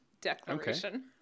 declaration